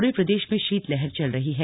पूरे प्रदेश में शीतलहर चल रही है